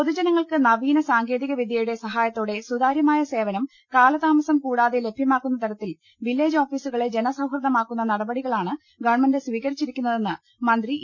പൊതുജനങ്ങൾക്ക് നവീന സാങ്കേതിക വിദ്യയുടെ സഹായ ത്തോടെ സുതാര്യമായ സേവനം കാലതാമസം കൂടാതെ ലഭ്യമാ ക്കുന്ന തരത്തിൽ വില്ലേജ് ഓഫീസുകളെ ജനസൌഹൃദമാക്കുന്ന നടപടികളാണ് ഗവൺമെന്റ് സ്വീകരിച്ചിരിക്കുന്നതെന്ന് മന്ത്രി ഇ